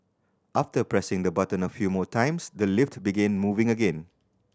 after pressing the button a few more times the lift began moving again